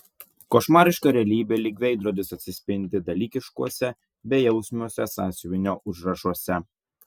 košmariška realybė lyg veidrodis atsispindi dalykiškuose bejausmiuose sąsiuvinio užrašuose